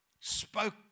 spoke